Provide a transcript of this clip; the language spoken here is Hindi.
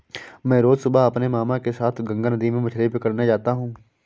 मैं रोज सुबह अपने मामा के साथ गंगा नदी में मछली पकड़ने जाता हूं